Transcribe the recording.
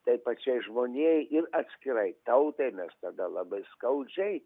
tai pačiai žmonijai ir atskirai tautai mes tada labai skaudžiai